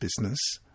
business